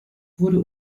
wurde